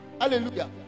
hallelujah